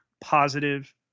positive